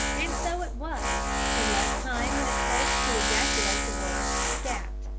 and so it was, in less time than it takes to ejaculate the word scat!